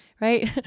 right